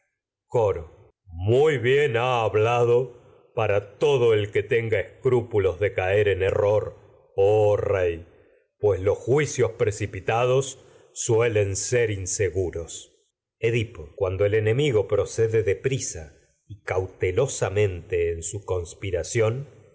coro muy bien ha caer hablado para todo error el que ten ga escrúpulos de en oh rey pues los jui cios precipitados suelen ser inseguros y cau edipo cuando él enemigo procede de prisa que telosamente en su conspiración